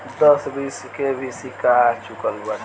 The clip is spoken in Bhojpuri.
दस बीस के भी सिक्का आ चूकल बाटे